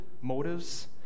motives